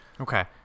okay